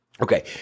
okay